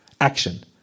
action